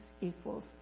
equals